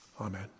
Amen